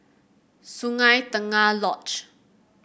Sungei Tengah Lodge